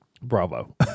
bravo